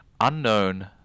unknown